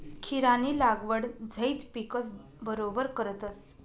खीरानी लागवड झैद पिकस बरोबर करतस